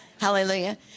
Hallelujah